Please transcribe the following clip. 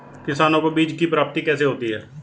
किसानों को बीज की प्राप्ति कैसे होती है?